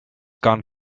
gone